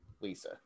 Lisa